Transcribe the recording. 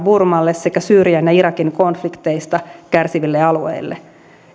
burmalle sekä syyrian ja irakin konflikteista kärsiville alueille